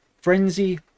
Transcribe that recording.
Frenzy